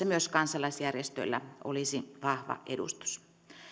myös kansalaisjärjestöillä olisi vahva edustus